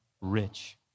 rich